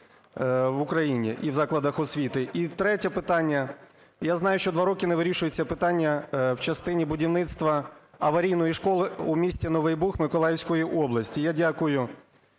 в Україні і в закладах освіти? І третє питання: я знаю, що два роки не вирішується питання в частині будівництва аварійної школи у місті Новий Буг Миколаївської області. Я дякую